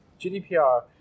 GDPR